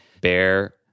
bear